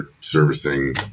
servicing